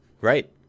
Right